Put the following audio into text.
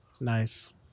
Nice